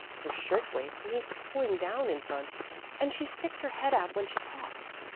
her shirt-waist needs pulling down in front and she sticks her head out when she talks.